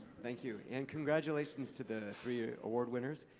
thank you. and congratulations to the three award winners.